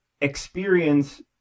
experience